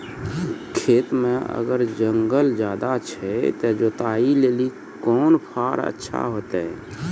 खेत मे अगर जंगल ज्यादा छै ते जुताई लेली कोंन फार अच्छा होइतै?